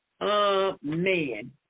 amen